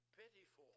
pitiful